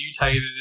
mutated